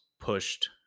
pushed